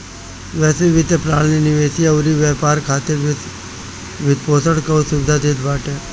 वैश्विक वित्तीय प्रणाली निवेश अउरी व्यापार खातिर वित्तपोषण कअ सुविधा देत बाटे